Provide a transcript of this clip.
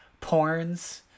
porns